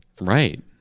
Right